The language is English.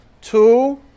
Two